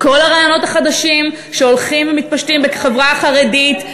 כל הרעיונות החדשים שהולכים ומתפשטים בחברה החרדית,